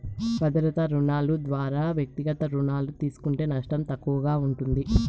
భద్రతా రుణాలు దోరా వ్యక్తిగత రుణాలు తీస్కుంటే నష్టం తక్కువగా ఉంటుంది